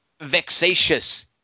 vexatious